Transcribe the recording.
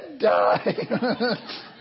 die